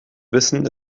wissen